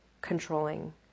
controlling